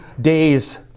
days